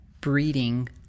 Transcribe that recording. breeding